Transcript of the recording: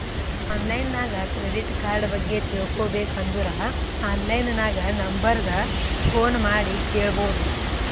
online ನಾಗ್ credit card ಬಗ್ಗೆ ತಿಳ್ಕೋಬೇಕ್ ಅಂದುರ್ ಆನ್ಲೈನ್ ನಾಗ್ ನಂಬರ್ ಗ ಫೋನ್ ಮಾಡಿ ಕೇಳ್ಬೋದು